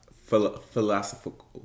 philosophical